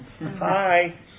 hi